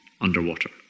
underwater